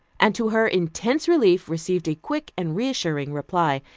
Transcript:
and to her intense relief, received a quick and reassuring reply.